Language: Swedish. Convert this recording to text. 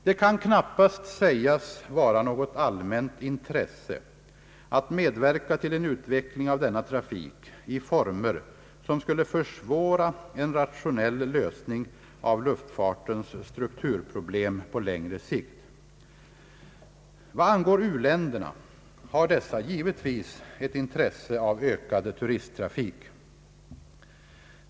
Det kan knappast sägas vara något allmänt intresse att medverka till en utveckling av denna trafik i former som skulle försvåra en rationell lösning av luftfartens strukturproblem på längre sikt. Vad angår u-länderna har dessa givetvis ett intresse av ökad turisttrafik.